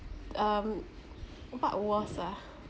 um what was ah